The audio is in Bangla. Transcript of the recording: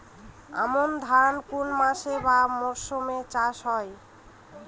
আমন ধান কোন মাসে বা মরশুমে চাষ হয়?